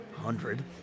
hundred